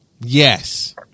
yes